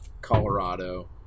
Colorado